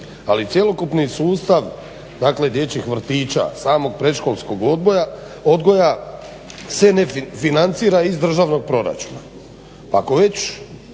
ali cjelokupni sustav dakle dječjih vrtića samog predškolskog odgoja se ne financira iz državnog proračuna. Ako već